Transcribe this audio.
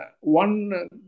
one